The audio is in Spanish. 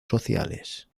sociales